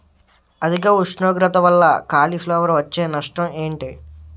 అధిక ఉష్ణోగ్రత వల్ల కాలీఫ్లవర్ వచ్చే నష్టం ఏంటి?